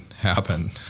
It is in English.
Happen